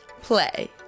play